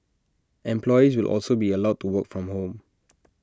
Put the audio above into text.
employees will also be allowed to work from home